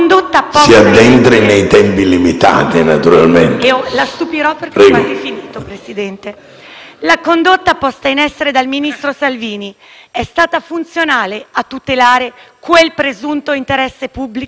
La condotta posta in essere dal ministro Salvini è stata funzionale a tutelare quel presunto interesse pubblico? Solo ed esclusivamente con quella condotta era possibile tutelare quel preminente